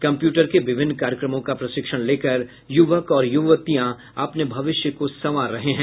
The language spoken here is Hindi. कंप्यूटर के विभिन्न कार्यक्रमों का प्रशिक्षण लेकर युवक और युवतियां अपने भविष्य को संवार रहे हैं